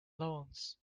lawns